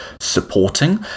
supporting